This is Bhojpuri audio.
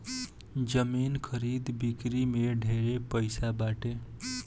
जमीन खरीद बिक्री में ढेरे पैसा बाटे